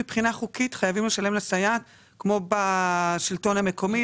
מבחינה חוקית חייבים לשלם לסייעת כמו בשלטון המקומי.